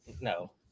No